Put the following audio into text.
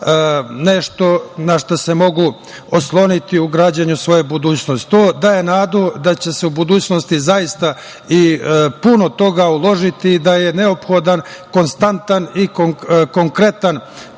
nešto na šta se mogu osloniti u građenju svoje budućnosti. To daje nadu da će se u budućnosti zaista i puno toga uložiti i da je neophodan konstantan i konkretan